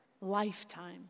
lifetime